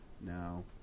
No